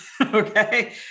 Okay